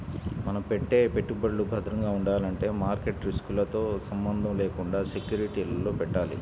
మనం పెట్టే పెట్టుబడులు భద్రంగా ఉండాలంటే మార్కెట్ రిస్కులతో సంబంధం లేకుండా సెక్యూరిటీలలో పెట్టాలి